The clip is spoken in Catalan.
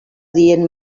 dient